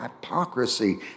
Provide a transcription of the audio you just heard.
hypocrisy